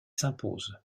s’impose